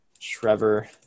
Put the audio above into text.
Trevor